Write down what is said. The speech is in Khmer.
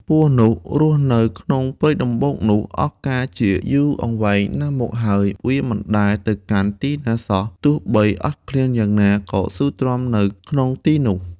ពស់នោះរស់នៅ ក្នុងព្រៃដំបូកនោះ អស់កាលជាយូរអង្វែងណាស់មកហើយ វាមិនដែលទៅកាន់ទីណាសោះ ទោះបីអត់ឃ្លានយ៉ាងណា ក៏ស៊ូទ្រាំនៅក្នុងទីនោះ ។